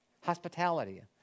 hospitality